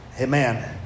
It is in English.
Amen